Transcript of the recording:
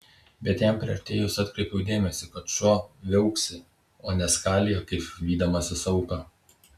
bet jam priartėjus atkreipiau dėmesį kad šuo viauksi o ne skalija kaip vydamasis auką